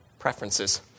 preferences